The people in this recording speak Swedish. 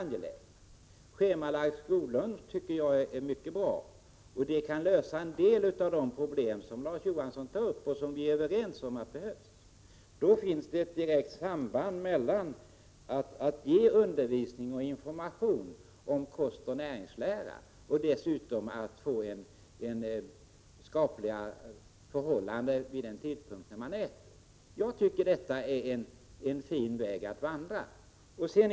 Schemalagd skollunch t.ex. är mycket bra. Det kan lösa en del av de problem som Larz Johansson tar upp och som vi är överens om behöver lösas. Det finns då ett direkt samband mellan att ge undervisning och information om kost och näringslära och dessutom att ordna skapliga förhållanden vid den tidpunkt när eleverna äter. Det är en fin väg att vandra.